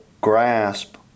grasp